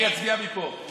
אני אצביע מפה,